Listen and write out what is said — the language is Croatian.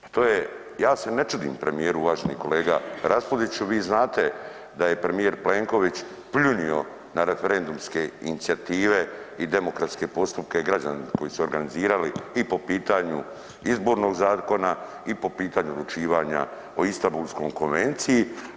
Ja se ne čudim premijeru, uvaženi kolega Raspudiću, vi znate da je premijer Plenković pljunuo na referendumske inicijative i demokratske postupke građana koji su organizirali i po pitanju izbornog zakona i po pitanju odlučivanja o Istambulskoj konvenciji.